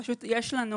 פשוט יש לנו,